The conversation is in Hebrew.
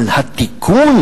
אבל התיקון